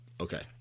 Okay